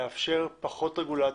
לאפשר פחות רגולציה,